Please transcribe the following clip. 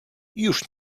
już